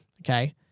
Okay